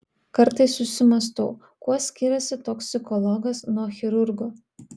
kartais susimąstau kuo skiriasi toksikologas nuo chirurgo